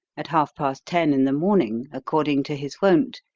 at half-past ten in the morning, according to his wont,